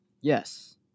Yes